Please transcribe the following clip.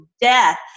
death